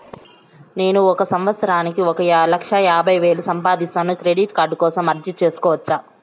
నేను ఒక సంవత్సరానికి ఒక లక్ష యాభై వేలు సంపాదిస్తాను, క్రెడిట్ కార్డు కోసం అర్జీ సేసుకోవచ్చా?